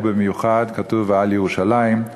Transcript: ובמיוחד כתוב "ועל ירושלים".